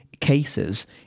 cases